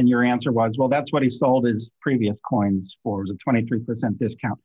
and your answer was well that's what he called his previous coins or the twenty three percent discount